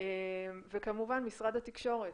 וכמובן משרד התקשורת,